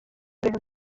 ibintu